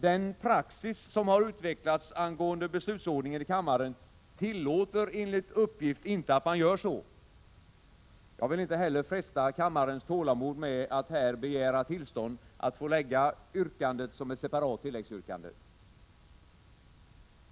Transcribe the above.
Den praxis, som har utvecklats angående beslutsordningen i kammaren, tillåter enligt uppgift inte att man gör så. Jag vill inte heller fresta kammarens tålamod med att här begära tillstånd att få framställa yrkandet som ett separat tilläggsyrkande.